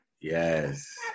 Yes